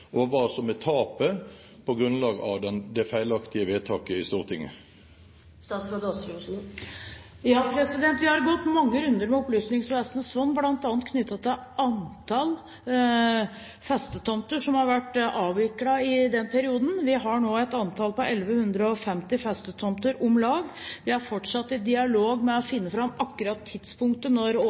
og hva som er tapet på grunn av det feilaktige vedtaket i Stortinget? Vi har gått mange runder med Opplysningsvesenets fond, bl.a. om antall festetomter som har vært avviklet i den perioden. Vi har nå et antall på om lag 1 150 festetomter. Vi er fortsatt i dialog for å finne fram til tidspunktet for når